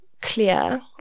clear